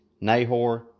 Nahor